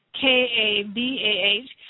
K-A-B-A-H